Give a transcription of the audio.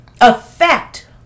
affect